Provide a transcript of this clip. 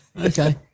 Okay